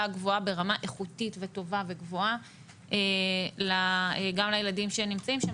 הגבוהה ברמה איכותית וטובה וגבוהה גם לילדים שנמצאים שם,